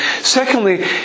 Secondly